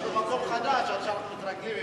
זה מקום חדש, עד שאנחנו מתרגלים.